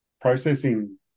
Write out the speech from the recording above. processing